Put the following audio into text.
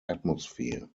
atmosphere